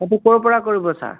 আপুনি ক'ৰ পৰা কৰিব ছাৰ